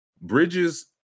bridges